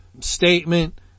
statement